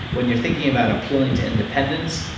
when you're thinking about appealing to independents,